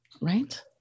Right